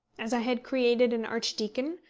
as i had created an archdeacon,